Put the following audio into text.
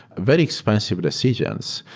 very expensive decisions,